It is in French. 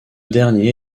dernier